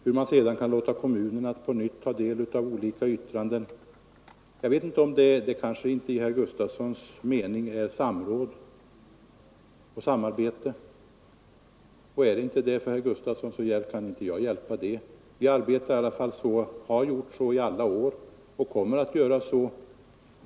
Att man sedan kan låta kommunerna på nytt ta del av olika yttranden är kanske inte enligt herr Gustavssons mening samråd och samarbete. Är det inte herr Gustavssons uppfattning, så kan jag inte hjälpa det. Vi har i alla fall arbetat så under alla år, och vi kommer att göra det.